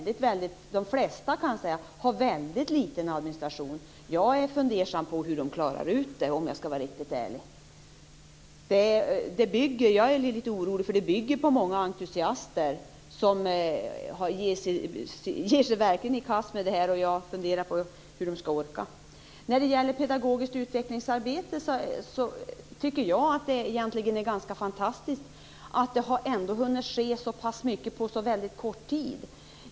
De flesta har en väldigt liten administration. Jag är fundersam över hur man klarar ut det hela, om jag skall vara riktigt ärlig. Jag är litet orolig. Det bygger på många entusiaster som ger sig i kast med detta. Jag har funderat över hur de skall orka. När det gäller pedagogiskt utvecklingsarbete tycker jag att det är ganska fantastiskt att det ändå har hunnit att ske så pass mycket på så väldigt kort tid.